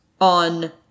on